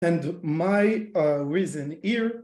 And my reason here